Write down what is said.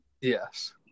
Yes